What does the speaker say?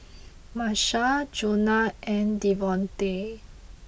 Marsha Jonah and Devontae